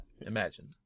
Imagine